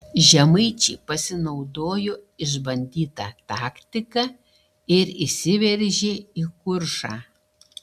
žemaičiai pasinaudojo išbandyta taktika ir įsiveržė į kuršą